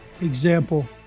example